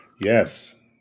Yes